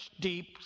deep